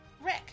Rick